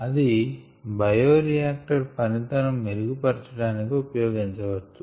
అది బయోరియాక్టర్ పనితనం మెరుగు పర్చడానికి ఉపయోగించవచ్చు